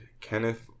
Kenneth